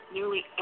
Nearly